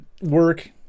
work